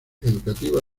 educativa